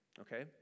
Okay